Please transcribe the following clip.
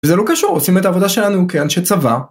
וזה לא קשור, עושים את העבודה שלנו כאנשי צבא...